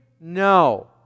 No